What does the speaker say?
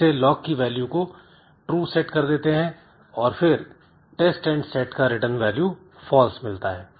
जिससे lock की value को true सेट कर देते हैं और फिर टेस्ट एंड सेटका रिटर्न वैल्यू false मिलता है